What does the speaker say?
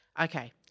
Okay